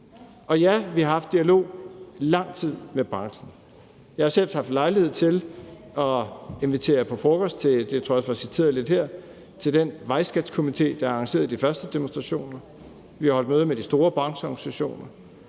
Og ja, vi har haft dialog i lang tid med branchen. Jeg har selv haft lejlighed til at invitere på frokost – det tror jeg også jeg var citeret for her – for Vejskatskomitéen, der har arrangeret de første demonstrationer. Vi har også holdt møder med de store brancheorganisationer,